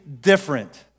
different